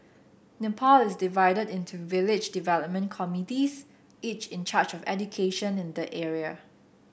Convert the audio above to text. Nepal is divided into village development committees each in charge of education in the area